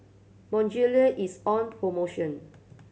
Bonjela is on promotion